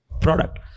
product